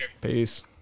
Peace